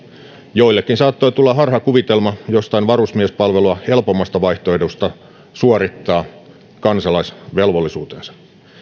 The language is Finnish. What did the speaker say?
joillekin saattoi tulla harhakuvitelma jostain varusmiespalvelua helpommasta vaihtoehdosta suorittaa kansalaisvelvollisuutensa